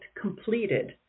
completed